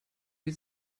wir